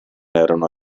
erano